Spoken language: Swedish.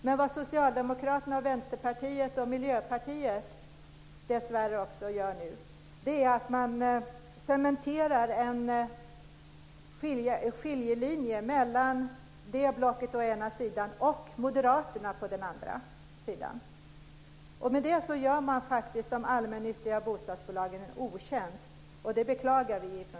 Men vad Socialdemokraterna, Vänsterpartiet och Miljöpartiet dessvärre nu gör är att man cementerar en skiljelinje mellan det blocket å ena sidan och Moderaterna på den andra. Med det gör man faktiskt de allmännyttiga bostadsbolagen en otjänst, och det beklagar vi från